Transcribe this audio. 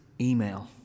email